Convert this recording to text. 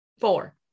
Four